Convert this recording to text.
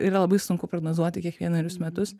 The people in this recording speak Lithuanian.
yra labai sunku prognozuoti kiekvienerius metus